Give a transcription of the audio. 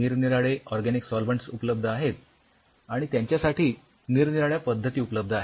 निरनिराळे organic solvents उपलब्ध आहेत आणि त्यांच्यासाठी निरनिराळ्या पद्धती उपलब्ध आहेत